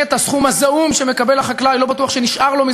ערכית וציונית ולאומית וביטחונית,